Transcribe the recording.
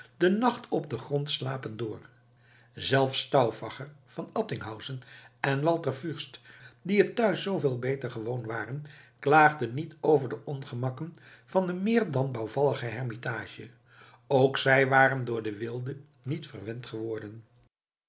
den nacht op den grond slapend door zelfs stauffacher van attinghausen en walter fürst die het thuis zooveel beter gewoon waren klaagden niet over de ongemakken van de meer dan bouwvallige hermitage ook zij waren door de weelde niet verwend geworden